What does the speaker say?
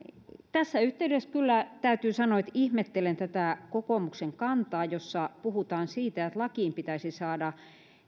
tässä yhteydessä kyllä täytyy sanoa että ihmettelen tätä kokoomuksen kantaa jossa puhutaan siitä että lakiin pitäisi saada